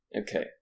Okay